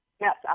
Yes